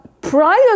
prior